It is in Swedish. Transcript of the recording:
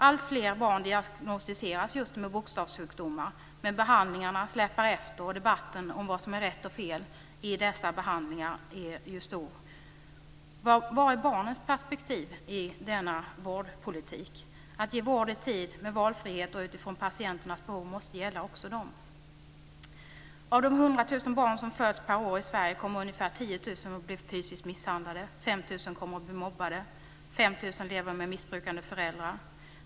Alltfler barn diagnostiseras med bokstavssjukdomar, men behandlingarna släpar efter, och debatten om vad som är rätt och fel i dessa behandlingar är stor. Var är barnens perspektiv i denna vårdpolitik? Att ge vård i tid, med valfrihet och utifrån patienternas behov, måste även gälla barnen. Av de 100 000 barn som föds per år i Sverige kommer ungefär 10 000 att bli fysiskt misshandlade. 5 000 kommer att bli mobbade, och ungefär 5 000 lever med missbrukande föräldrar.